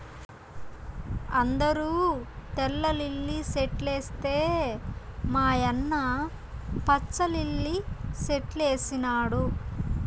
అందరూ తెల్ల లిల్లీ సెట్లేస్తే మా యన్న పచ్చ లిల్లి సెట్లేసినాడు